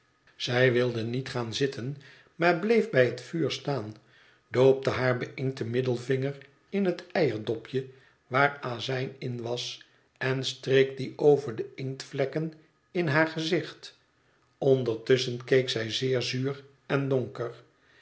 zij wilde niet gaan zitten maar bleef bij het vuur staan doopte haar beïnkten middelvinger in het eierdopje waar azijn in was en streek dien over de inktvlekken in haar gezicht ondertusschen keek zij zeer zuur en donker